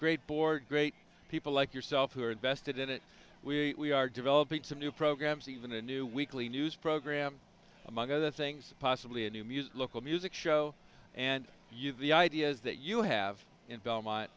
great board great people like yourself who are invested in it we are developing some new programs even a new weekly news program among other things possibly a new music a local music show and you the ideas that you have in belmont